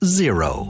zero